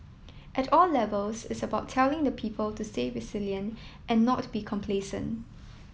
at all levels it's about telling the people to stay resilient and not be complacent